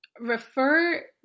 Refer